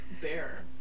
bear